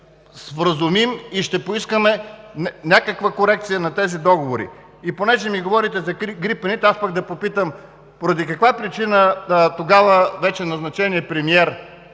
вразумим и ще поискаме някаква корекция на тези договори?! И понеже ми говорите за грипените, аз пък да попитам: поради каква причина тогава вече назначеният премиер